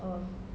oh